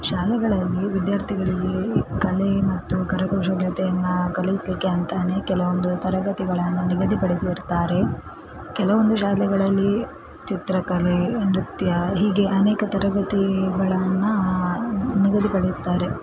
ಶಾಲೆಗಳಲ್ಲಿ ವಿದ್ಯಾರ್ಥಿಗಳಿಗೆ ಕಲೆ ಮತ್ತು ಕರಕುಶಲತೆಯನ್ನು ಕಲಿಸಲಿಕ್ಕೆ ಅಂತಲೇ ಕೆಲವೊಂದು ತರಗತಿಗಳನ್ನು ನಿಗದಿಪಡಿಸಿ ಇರ್ತಾರೆ ಕೆಲವೊಂದು ಶಾಲೆಗಳಲ್ಲಿ ಚಿತ್ರಕಲೆ ನೃತ್ಯ ಹೀಗೆ ಅನೇಕ ತರಗತಿಗಳನ್ನು ನಿಗದಿಪಡಿಸ್ತಾರೆ